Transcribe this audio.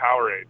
Powerade